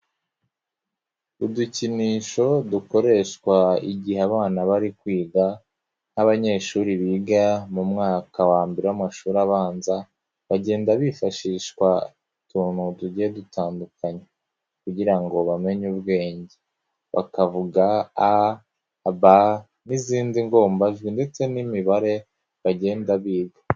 Udukinisho dukoreshwa igihe abana bari kwiga nk'abanyeshuri biga mu mwaka wa mbere w'amashuri abanza, bagenda bifashisha utuntu tugiye dutandukanye kugira ngo bamenye ubwenge bakavuga a,b n'izindi ngombajwi ndetse n'imibare bagenda biga.